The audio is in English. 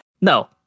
no